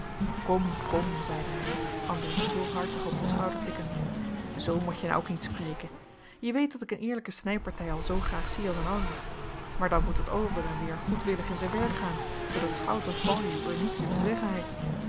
kom kom zeide hij andries gulhartig op den schouder tikkende zoo motje nou ook niet spreken je weet dat ik een eerlijke snijpartij al zoo graag zie als een aêr maar dan mot het over en weer goedwillig in zijn werk gaan zoodat schout of baljuw er niets in te zeggen heit